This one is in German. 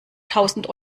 tausend